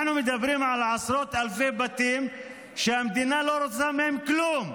אנחנו מדברים על עשרות אלפי בתים שהמדינה לא רוצה מהם כלום,